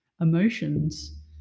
emotions